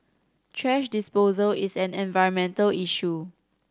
thrash disposal is an environmental issue